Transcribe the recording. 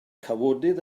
cawodydd